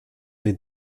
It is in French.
des